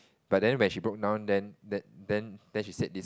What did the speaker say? but then when she book now and then then then then she said this